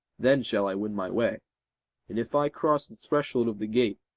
then shall i win my way and if i cross the threshold of the gate,